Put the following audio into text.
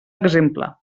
exemple